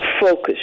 focus